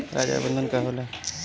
हरा चारा प्रबंधन का होला?